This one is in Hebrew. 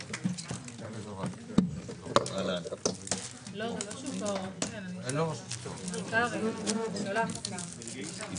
בשעה 13:25.